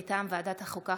מטעם ועדת החוקה,